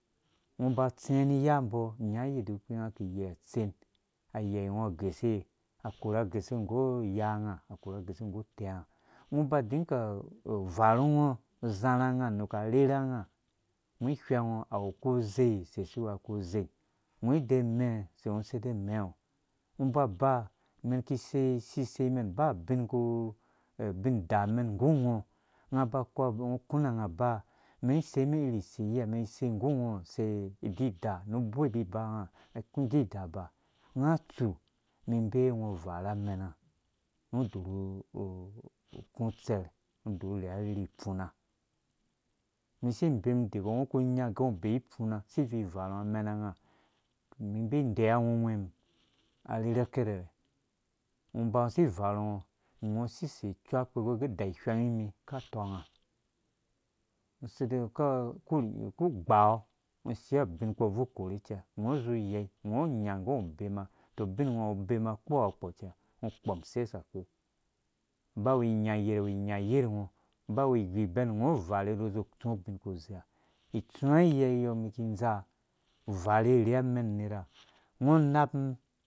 Ungo uba utsingo ni iyambɔ unya mbɔ unya yede kpi unga ki uga ki iyei at sen ayei ungo felse akora gose nggu uyanga akora gose nggu utɛnga ungo ba inka uvarungo uzãrhanga nuka arherhe nga ungo ihwengngo awu kuzei use siwea kuzei ungo ide mɛ̃ use ungo uside umengo ungo uba ba umɛn ki isei isiseimen ba bin ku aba ungo ukuna unga. ba umɛn iki isei nggu ungo use idi daru bo ibibanga aku idida aba unga tsu inbee ungo nvara amen unga ungo udɔrh uku utsɛrh ungo udɔrhu urherha arherhe ifuna umum isi iben dage ungo ku nyaa gɛ ungo ubee ifuna si vivarungo amɛn anga umum inbee ideiyiwa ungo ungwɛm arherhe kɛrɛ ungo uba si ivarungo ungo sisei uciuakpe gɔr ge da ihwɛng nimi ka tɔnga sedai ku ugbaɔ ungo ushio ru ubińkpɔɔ. ubvui ukore cɛ ungo uzu uyei. ungo unya gɛ ungo ubɛma tɔ ubinngo ubema ukpuha kpɔ cɛ ungo ukpɔm sesake ba wu igu iben ungo uvare nu uzu utsu ubin kuze itsũ ubin kuze itsũ wã yɛ yɔ umum ki indaa uvare uri amɛn unera ungo unapu